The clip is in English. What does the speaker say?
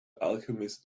alchemist